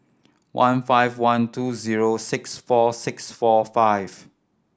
one five one two zero six four six four five